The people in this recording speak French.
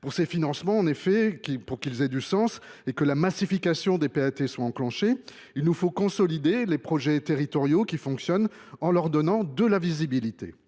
que ces financements aient du sens et que la massification des PAT soit enclenchée, il nous faut consolider les projets territoriaux qui fonctionnent, en leur donnant de la visibilité.